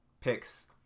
picks